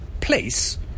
place